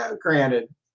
Granted